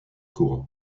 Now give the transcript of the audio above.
cour